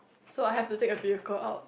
so I have to take a period go out